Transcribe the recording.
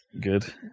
Good